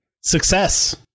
Success